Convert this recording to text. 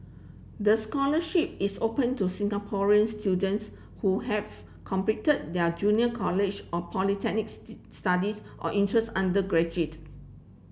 the scholarship is open to Singaporean students who have completed their junior college or polytechnics studies or interested undergraduate